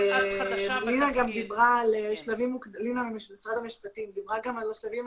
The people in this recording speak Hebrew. לינא ממשרד המשפטים גם דיברה על השלבים